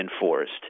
enforced